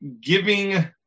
giving